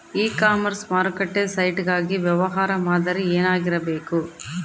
E commerce ಮಾರುಕಟ್ಟೆ site ಗಾಗಿ ವ್ಯವಹಾರ ಮಾದರಿ ಏನಾಗಿರಬೇಕು?